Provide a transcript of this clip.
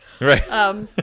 Right